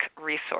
resource